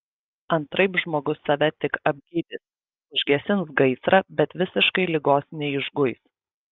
antraip žmogus save tik apgydys užgesins gaisrą bet visiškai ligos neišguis